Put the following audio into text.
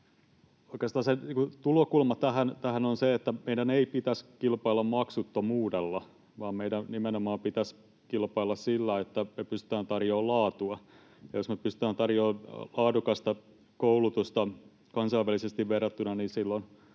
Oikeastaan se tulokulma tähän on se, että meidän ei pitäisi kilpailla maksuttomuudella, vaan meidän nimenomaan pitäisi kilpailla sillä, että me pystytään tarjoamaan laatua. Jos me pystytään tarjoamaan laadukasta koulutusta kansainvälisesti verrattuna, niin silloin